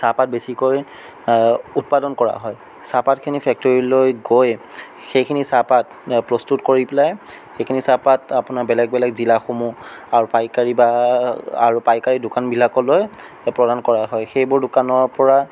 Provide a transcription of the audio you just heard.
চাহপাত বেছিকৈ উৎপাদন কৰা হয় চাহপাতখিনি ফেক্টৰীলৈ গৈ সেইখিনি চাহপাত প্ৰস্তুত কৰি পেলাই সেইখিনি চাহপাত আপোনাৰ বেলেগ বেলেগ জিলাসমূহ আৰু পাইকাৰী বা আৰু পাইকাৰী দোকানবিলাকলৈ প্ৰদান কৰা হয় সেইবোৰ দোকানৰ পৰা